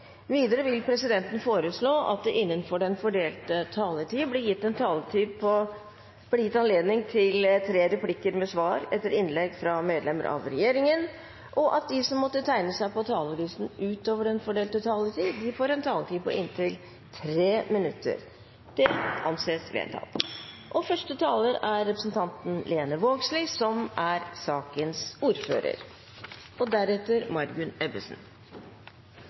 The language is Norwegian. Videre vil presidenten foreslå at det blir gitt anledning til tre replikker med svar etter innlegg fra medlemmer av regjeringen innenfor den fordelte taletid, og at de som måtte tegne seg på talerlisten utover den fordelte taletid, får en taletid på inntil 3 minutter. – Det anses vedtatt. Alle tingrettar i landet skal leiast av ein sorenskrivar, jf. domstollova § 19 første ledd. Det som